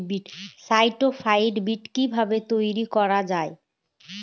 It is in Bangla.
সার্টিফাইড বি কিভাবে তৈরি করা যায়?